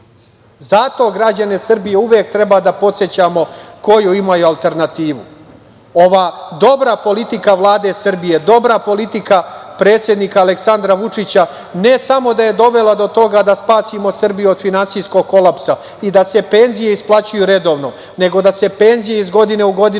građane Srbije uvek treba da podsećamo koju imaju alternativu. Ova dobra politika Vlade Srbije, dobra politika predsednika Aleksandra Vučića, ne samo da je dovela to toga da spasimo Srbiju od finansijskog kolapsa i da se penzije isplaćuju redovno, nego da se penzije, iz godine u godinu,